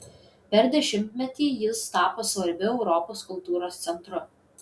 per dešimtmetį jis tapo svarbiu europos kultūros centru